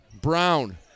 Brown